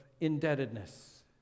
indebtedness